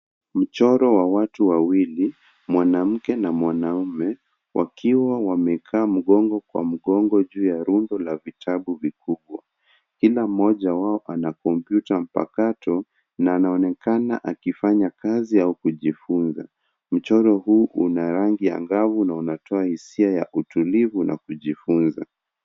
Mchoro wa watu wawili mwanamke na mwanaume wakiwa wamekaa mgongo kwa mgongo juu ya rundo la vitabu vikubwa. Kila mmoja wao ana kompyuta mpakato na anaonekana akifanya kazi au kujifunza. Mchoro huu una rangi angavu na unatoa hisia ya utulivu na kujifunza.